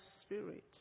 spirit